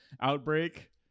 outbreak